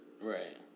Right